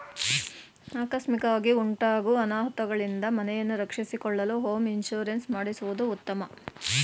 ಆಕಸ್ಮಿಕವಾಗಿ ಉಂಟಾಗೂ ಅನಾಹುತಗಳಿಂದ ಮನೆಯನ್ನು ರಕ್ಷಿಸಿಕೊಳ್ಳಲು ಹೋಮ್ ಇನ್ಸೂರೆನ್ಸ್ ಮಾಡಿಸುವುದು ಉತ್ತಮ